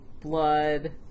Blood